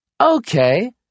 Okay